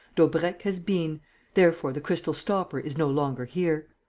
daubrecq has been therefore the crystal stopper is no longer here.